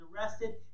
arrested